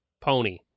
pony